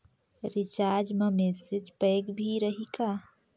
Recharge मा message pack भी रही का?